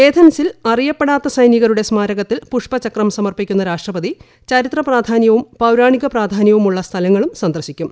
ഏഥൻസിൽ അറിയപ്പെടാത്ത സ്പൈനിക്രുടെ സ്മാരകത്തിൽ പുഷ്പചക്രം സമർപ്പിക്കുന്ന രാഷ്ട്രപ്പതി ചരിത്രപ്രധാന്യവും പൌരാണിക പ്രാധാനൃവുമുള്ള സ്ഥലങ്ങളും സന്ദർശിക്കും